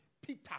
Peter